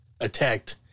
attacked